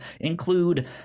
include